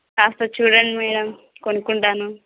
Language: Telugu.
కాస్త చూడండి మేడం కొనుక్కుంటాను